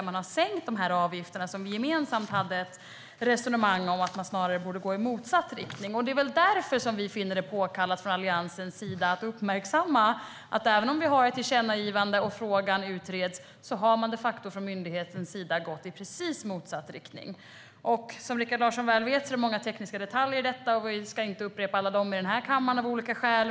Man har sänkt avgifterna, medan vi gemensamt hade ett resonemang om att man snarare borde gå åt andra hållet. Det är väl detta som vi finner det påkallat från Alliansens sida att uppmärksamma. Även om vi har ett tillkännagivande och frågan utreds har man de facto från myndighetens sida gått i precis motsatt riktning. Som Rikard Larsson väl vet är det många tekniska detaljer i detta, och vi ska av olika skäl inte upprepa alla dem i kammaren.